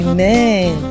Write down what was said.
Amen